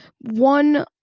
one